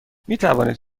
میتوانید